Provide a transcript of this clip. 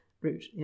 route